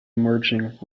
emerging